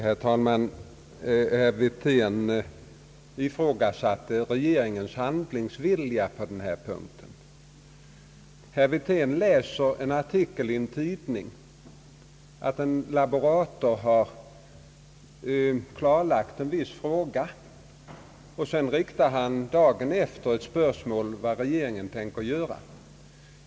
Herr talman! Herr Wirtén ifrågasatte regeringens handlingsvilja på den här punkten. Han läser i en tidningsartikel att en laborator klarlagt en viss fråga, och dagen efter riktar han ett spörs mål till regeringen om vad den tänker göra.